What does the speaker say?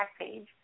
Backpage